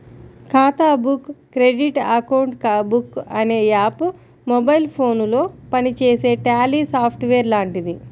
ఖాతా book credit account book అనే app mobile ఫోనులో పనిచేసే ట్యాలీ సాఫ్ట్ వేర్ లాంటిది